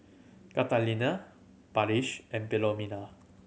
Catalina Parrish and Philomena